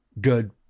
good